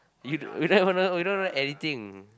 you don't you don't even know you don't even know anything